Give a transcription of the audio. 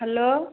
hello